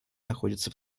находится